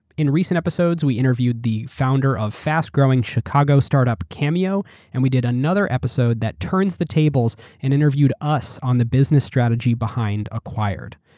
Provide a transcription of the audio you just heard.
in recent episodes, we interviewed the founder of fast growing chicago startup cameo and we did another episode that turns the tables and interviewed us on the business strategy behind acquired.